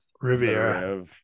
Riviera